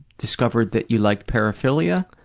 discovered that you liked paraphilia?